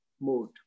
mode